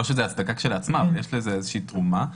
יש לזה איזושהי תרומה.